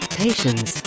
patience